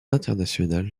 internationale